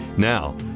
Now